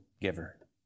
giver